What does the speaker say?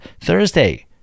Thursday